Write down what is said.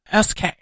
SK